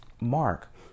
Mark